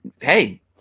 hey